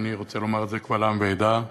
ואני רוצה לומר את זה קבל עם ועדה.